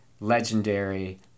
legendary